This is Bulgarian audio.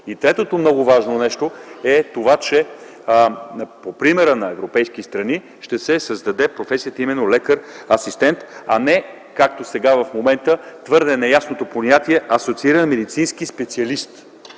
Третото, много важно нещо, е това, че по примера на европейски страни ще се създаде именно професията „лекар-асистент”, а не както сега в момента твърдо неясното понятие „асоцииран медицински специалист”.